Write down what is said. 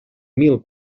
mil